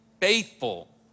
faithful